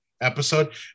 episode